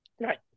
right